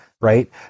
right